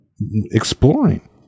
exploring